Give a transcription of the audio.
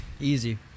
easy